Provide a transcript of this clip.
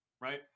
Right